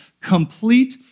complete